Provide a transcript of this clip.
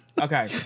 Okay